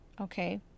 Okay